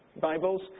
Bibles